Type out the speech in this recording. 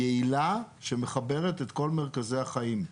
יעילה, שמחברת את כל מרכזי החיים.